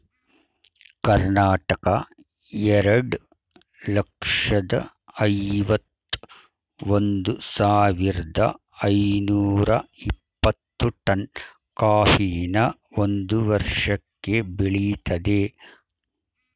ಕರ್ನಾಟಕ ಎರಡ್ ಲಕ್ಷ್ದ ಐವತ್ ಒಂದ್ ಸಾವಿರ್ದ ಐನೂರ ಇಪ್ಪತ್ತು ಟನ್ ಕಾಫಿನ ಒಂದ್ ವರ್ಷಕ್ಕೆ ಬೆಳಿತದೆ